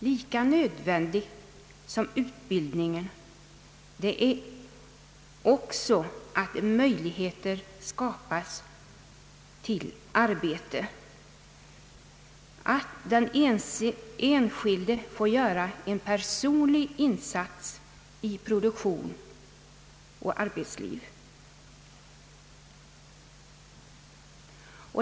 Lika nödvändigt som utbildning är också att det skapas möjligheter till arbete, att den enskilde får göra en personlig insats i produktion och arbetsliv.